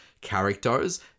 characters